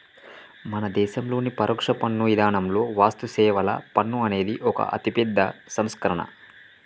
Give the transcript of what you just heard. మన దేసంలోని పరొక్ష పన్ను ఇధానంతో వస్తుసేవల పన్ను అనేది ఒక అతిపెద్ద సంస్కరణ